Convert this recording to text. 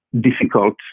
difficult